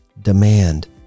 demand